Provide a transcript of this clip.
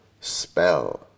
spell